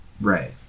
Right